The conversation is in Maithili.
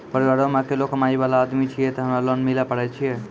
परिवारों मे अकेलो कमाई वाला आदमी छियै ते हमरा लोन मिले पारे छियै?